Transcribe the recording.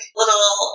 little